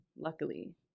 Luckily